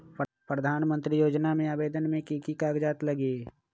प्रधानमंत्री योजना में आवेदन मे की की कागज़ात लगी?